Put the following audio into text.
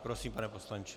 Prosím, pane poslanče.